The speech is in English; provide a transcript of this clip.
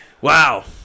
Wow